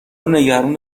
نگران